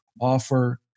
offer